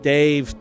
Dave